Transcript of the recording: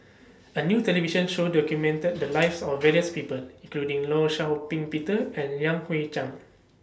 A New television Show documented The Lives of various People including law Shau Ping Peter and Yan Hui Chang